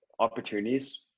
opportunities